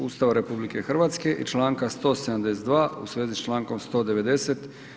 Ustava RH i članka 172. u svezi s člankom 190.